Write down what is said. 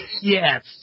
Yes